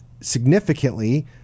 significantly